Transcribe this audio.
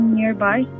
nearby